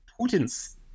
Putin's